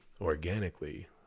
organically